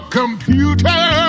computer